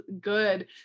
good